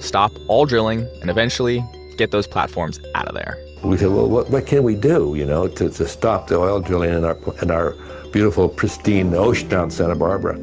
stop all drilling and eventually get those platforms out of there we said, what what can we do? you know, to to stop the oil drilling in and our and our beautiful pristine ocean on santa barbara